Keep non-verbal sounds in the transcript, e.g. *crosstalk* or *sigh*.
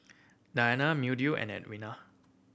Diana *unintelligible* and Edwina